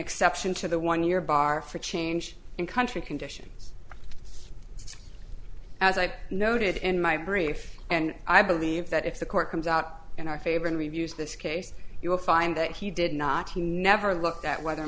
exception to the one your bar for change in country conditions as i noted in my brief and i believe that if the court comes out in our favor and reviews this case you will find that he did not he never looked at whether